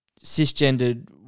cisgendered